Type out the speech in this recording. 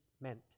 meant